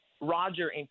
Roger